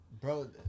Bro